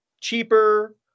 cheaper